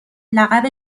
لقب